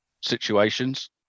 situations